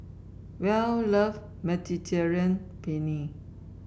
Well love Mediterranean Penne